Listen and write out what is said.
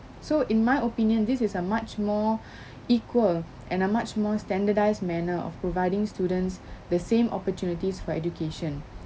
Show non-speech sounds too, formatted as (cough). so in my opinion this is a much more (breath) equal and a much more standardized manner of providing students (breath) the same opportunities for education